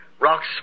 Rocks